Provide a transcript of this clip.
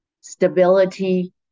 stability